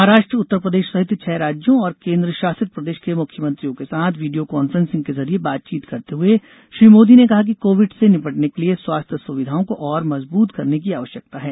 महाराष्ट्र उत्तरप्रदेश सहित छह राज्यों और एक केन्द्र शासित प्रदेश के मुख्यामंत्रियों के साथ वीडियो कांफ्रेंसिंग के जरिये बातचीत करते हुए श्री मोदी ने कहा कि कोविड से निपटने के लिए स्वास्थ्य सुविधाओं को और मजबूत करने की आवश्यकता है